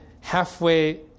halfway